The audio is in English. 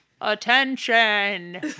Attention